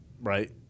right